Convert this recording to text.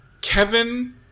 Kevin